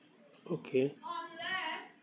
okay